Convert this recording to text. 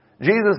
Jesus